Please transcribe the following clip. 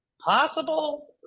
Possible